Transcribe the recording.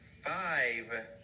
five